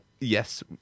Yes